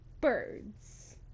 birds